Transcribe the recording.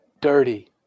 dirty